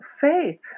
faith